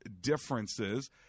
differences